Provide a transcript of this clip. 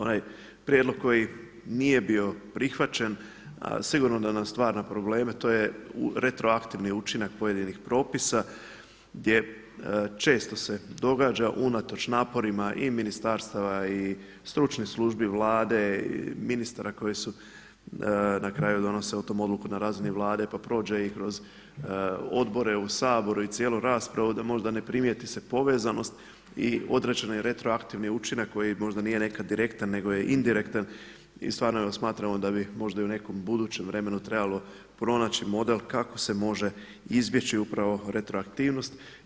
Onaj prijedlog koji nije bio prihvaćen a sigurno da nam stvara probleme to je retroaktivni učinak pojedinih propisa gdje često se događa unatoč naporima i ministarstava i stručnih službi Vlade i ministara koji su, na kraju donose o tome odluku na razini Vlade, pa prođe kroz odbore u Saboru i cijelu raspravu da možda ne primijeti se povezanost i određeni retroaktivni učinak koji možda nije nekad direktan nego je indirektan i stvarno jer smatramo da bi možda i u nekom budućem vremenu trebalo pronaći model kako se može izbjeći upravo retroaktivnost.